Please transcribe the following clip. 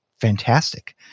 fantastic